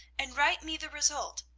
and write me the result.